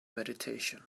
meditation